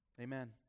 Amen